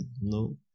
no